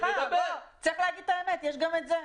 סליחה, צריך להגיד את האמת יש גם את זה.